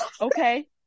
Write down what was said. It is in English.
okay